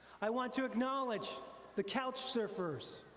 i want to acknowledge the couch surfers,